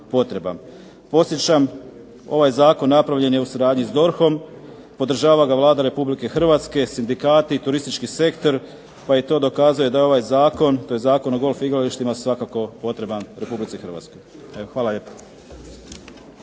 Podsjećam ovaj zakon napravljen je u suradnji s DORH-om. Podržava ga Vlada Republike Hrvatske, sindikati, turistički sektor pa i to dokazuje da je ovaj zakon tj. Zakon o golf igralištima svakako potreban RH. Evo, hvala lijepo.